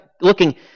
looking